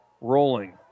rolling